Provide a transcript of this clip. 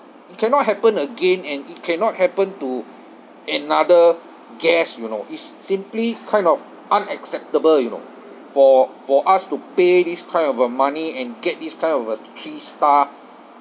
it cannot happen again and it cannot happen to another guest you know is simply kind of unacceptable you know for for us to pay this kind of a money and get this kind of a three star